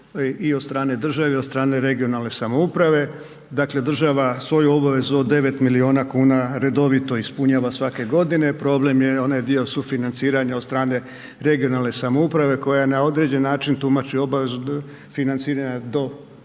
i od strane države i od strane regionalne samouprave. Dakle, država svoju obavezu od 9 miliona kuna redovito ispunjava svake godine, problem je onaj dio sufinanciranja od strane regionalne samouprave koja na određeni način tumači obavezu financiranja do